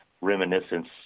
reminiscence